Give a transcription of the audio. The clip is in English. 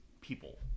people